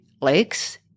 lakes